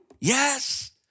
Yes